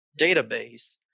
database